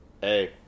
hey